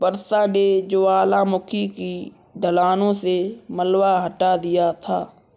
वर्षा ने ज्वालामुखी की ढलानों से मलबा हटा दिया था